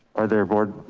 or their board.